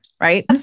right